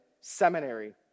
seminary